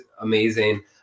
amazing